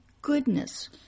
goodness